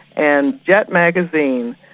and jet magazine,